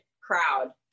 crowd